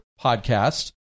podcast